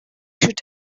should